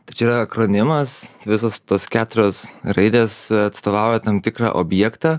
tai čia yra akronimas visos tos keturios raidės atstovauja tam tikrą objektą